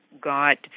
got